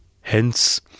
Hence